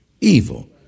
evil